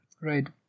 Right